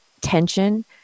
tension